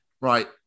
Right